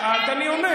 שאלת, אני עונה.